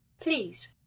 Please